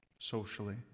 socially